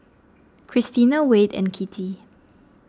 Christina Wade and Kittie